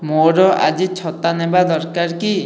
ମୋର ଆଜି ଛତା ନେବା ଦରକାର କି